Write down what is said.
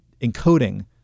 encoding